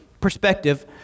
perspective